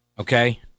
Okay